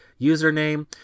username